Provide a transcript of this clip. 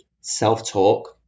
self-talk